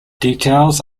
details